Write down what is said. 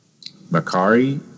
Makari